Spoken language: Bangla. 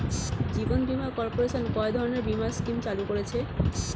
জীবন বীমা কর্পোরেশন কয় ধরনের বীমা স্কিম চালু করেছে?